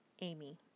Amy